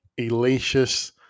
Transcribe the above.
elacious